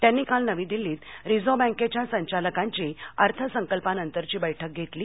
त्यांनी काल नवी दिल्लीत रिझर्व्ह बँकेच्या संचालकाची अर्थसंकल्पानंतरची बैठक घेतली